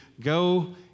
go